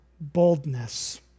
boldness